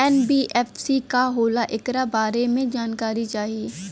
NBFC का होला ऐकरा बारे मे जानकारी चाही?